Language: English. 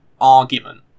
argument